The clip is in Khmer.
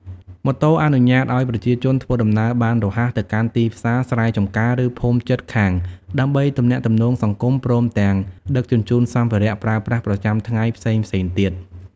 ម៉ូតូអនុញ្ញាតឱ្យប្រជាជនធ្វើដំណើរបានរហ័សទៅកាន់ទីផ្សារ ស្រែចម្ការ ឬភូមិជិតខាងដើម្បីទំនាក់ទំនងសង្គម ព្រមទាំងដឹកជញ្ជូនសម្ភារៈប្រើប្រាស់ប្រចាំថ្ងៃផ្សេងៗទៀត។